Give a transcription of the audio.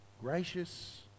Gracious